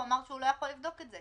הוא אמר שהוא לא יכול לבדוק את זה.